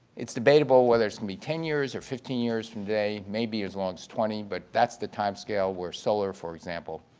it's debatable whether it's going to be ten years or fifteen years from today, maybe as long as twenty, but that's the time scale where solar, for example,